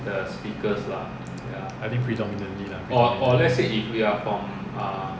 I think predominantly lah